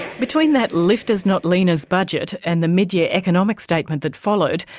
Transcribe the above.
between that lifters not leaners budget and the mid-year economic statement that followed,